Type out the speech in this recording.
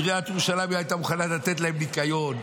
עיריית ירושלים לא הייתה מוכנה לתת להם ניקיון,